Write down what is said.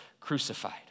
crucified